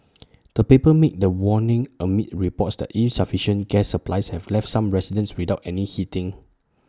the paper made the warning amid reports that insufficient gas supplies have left some residents without any heating